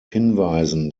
hinweisen